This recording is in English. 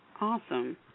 Awesome